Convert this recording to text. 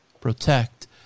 protect